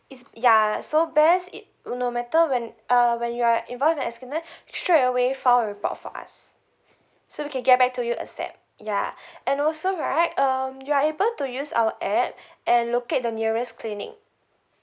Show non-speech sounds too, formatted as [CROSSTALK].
is ya so best it no matter when uh when you are involved in accident [BREATH] straightaway fill a report for us so we can get back to you ASAP ya [BREATH] and also right um you are able to use our app [BREATH] and locate the nearest clinic